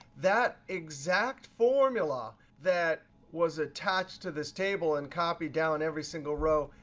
that exact formula that was attached to this table and copied down every single row.